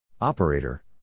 Operator